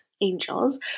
angels